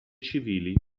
civili